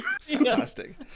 Fantastic